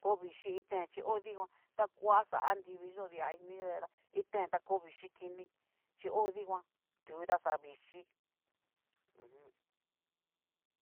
Ko vichí iten chí o dikan ta koa xá anriviiyodia iniyodia iten ta koo vixhíi kini chi o dikan tu ta xa vixhíi, ho juumm.